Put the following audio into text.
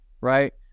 right